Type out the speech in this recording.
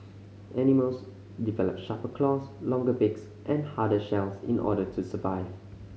animals develop sharper claws longer beaks and harder shells in order to survive